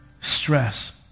stress